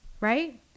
right